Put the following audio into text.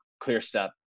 ClearStep